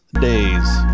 Days